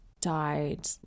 died